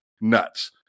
nuts